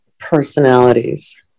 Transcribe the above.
personalities